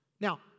Now